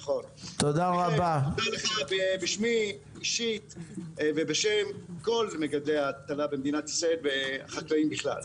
מודה לך אישית בשמי ובשם כל מגדלי ההטלה במדינת ישראל וחקלאים בכלל.